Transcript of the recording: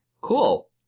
Cool